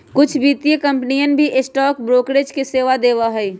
कुछ वित्तीय कंपनियन भी स्टॉक ब्रोकरेज के सेवा देवा हई